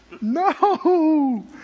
No